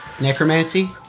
Necromancy